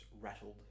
rattled